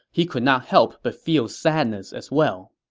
he could not help but feel sadness as well.